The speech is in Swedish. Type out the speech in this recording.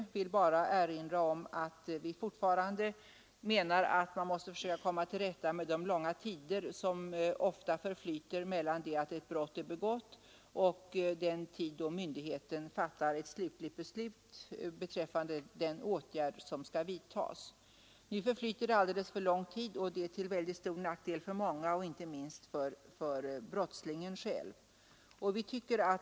Jag vill bara erinra om att vi fortfarande menar att man måste försöka komma till rätta med de långa tider som ofta förflyter mellan det att ett brott är begånget och det att myndigheten tar slutgiltig ställning beträffande den åtgärd som skall vidtas. Nu förflyter alldeles för lång tid, och det är till stor nackdel för många, inte minst för brottslingen själv.